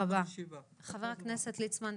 חבר הכנסת ליצמן,